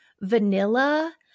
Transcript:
vanilla